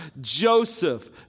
Joseph